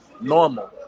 normal